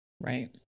Right